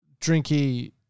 drinky